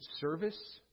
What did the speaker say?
service